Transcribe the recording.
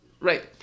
Right